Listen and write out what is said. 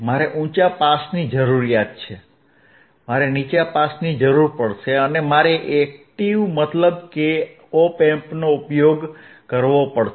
મારે હાઇ પાસની જરૂર પડશે મારે લો પાસની જરૂર પડશે અને મારે એક્ટીવ મતલબ કે ઓપ એમ્પનો ઉપયોગ કરવો પડશે